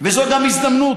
וזו גם הזדמנות